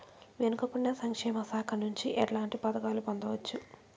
వెనుక పడిన సంక్షేమ శాఖ నుంచి ఎట్లాంటి పథకాలు పొందవచ్చు?